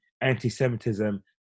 anti-Semitism